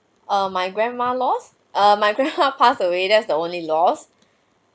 err my grandma lost err my grandma passed away that's the only lost